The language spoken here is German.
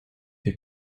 für